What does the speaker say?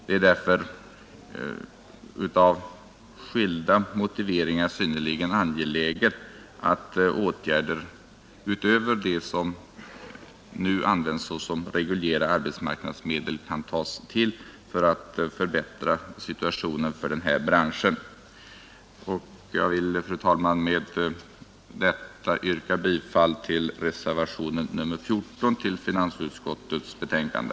Det är därför av skilda motiv synnerligen angeläget att åtgärder utöver dem som nu används såsom reguljära arbetsmarknadsmedel kan tas till för att förbättra situationen för branschen. Jag vill, fru talman, med detta yrka bifall till reservationen 14 vid finansutskottets betänkande.